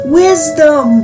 wisdom